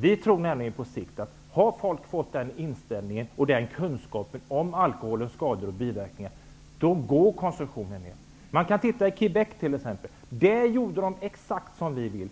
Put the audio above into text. Vi tror nämligen på sikt att om folk har fått kunskap om alkoholens skador och biverkningar, går konsumtionen ned. Se t.ex. på vad som hände i Quebec. Där gjorde man exakt så som vi vill.